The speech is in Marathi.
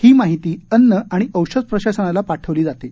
ही माहिती अन्न आणि औषध प्रशासनाला पाठवली जाते